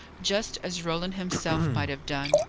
just as roland himself might have done.